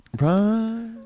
Right